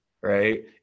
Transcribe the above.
right